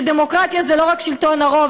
כשדמוקרטיה זה לא רק שלטון הרוב,